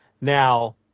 Now